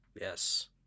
Yes